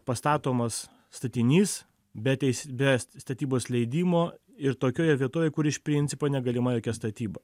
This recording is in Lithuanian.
pastatomas statinys be teis be statybos leidimo ir tokioje vietovėje kur iš principo negalima jokia statyba